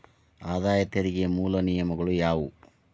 ಆದಾಯ ತೆರಿಗೆಯ ಮೂಲ ನಿಯಮಗಳ ಯಾವು